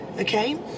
Okay